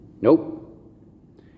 Nope